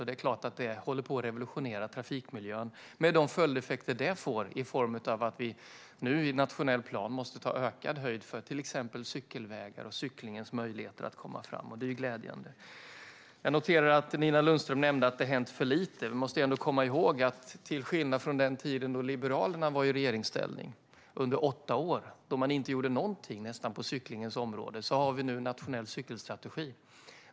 Det är klart att det håller på att revolutionera trafikmiljön med de följdeffekter det får i form av att vi nu i nationell plan måste ta ökad höjd för till exempel cykelvägar och cyklingens möjligheter att komma fram. Det är glädjande. Jag noterar att Nina Lundström nämnde att det hänt för lite. Vi måste ändå komma ihåg att till skillnad från den tiden då Liberalerna var i regeringsställning under åtta år då de nästan inte gjorde någonting på cyklingens område har vi nu en nationell cykelstrategi.